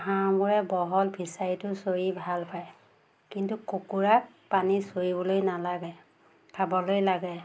হাঁহবোৰে বহল ফিচাৰীটো চৰি ভাল পায় কিন্তু কুকুৰাক পানী চৰিবলৈ নালাগে খাবলৈ লাগে